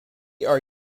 are